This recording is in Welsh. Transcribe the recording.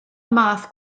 math